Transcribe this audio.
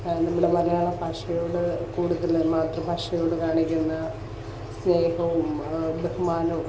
നമ്മുടെ മലയാള ഭാഷയോട് കൂടുതൽ മാതൃ ഭാഷയോടു കാണിക്കുന്ന സ്നേഹവും ബഹുമാനവും